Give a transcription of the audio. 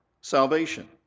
salvation